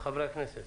חברי הכנסת.